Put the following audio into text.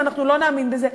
אם אנחנו לא נאמין בזה,